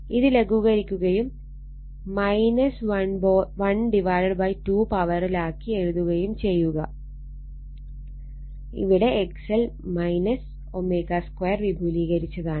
അത് ലഘൂകരിക്കുകയും ½ പവറിലാക്കി എഴുതുകയും ചെയ്യുന്നു ഇവിടെ XL ω 2 വിപുലീകരിച്ചതാണ്